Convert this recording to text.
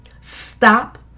Stop